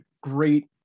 great